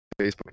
Facebook